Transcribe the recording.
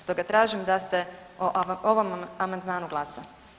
Stoga tražim da se o ovom amandmanu glasa.